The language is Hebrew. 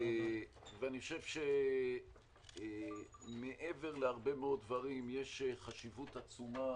אני חושב שמעבר להרבה מאוד דברים, יש חשיבות עצומה